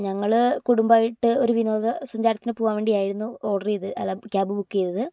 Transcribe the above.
ഞങ്ങൾ കുടുംബമായിട്ട് ഒരു വിനോദസഞ്ചാരത്തിന് പോകാൻ വേണ്ടി ആയിരുന്നു ഓർഡർ ചെയ്തത് അല്ല കാബ് ബുക്ക് ചെയ്തത്